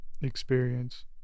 experience